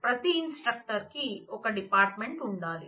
ప్రతి ఇన్స్ట్రక్టర్ కి ఒక డిపార్ట్మెంట్ ఉండాలి